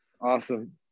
Awesome